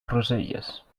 roselles